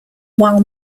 while